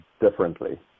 differently